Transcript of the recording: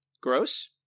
Gross